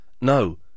no